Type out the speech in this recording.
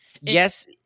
Yes